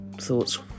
thoughts